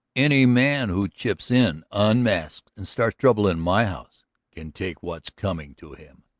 any man who chips in unasked and starts trouble in my house can take what's coming to him.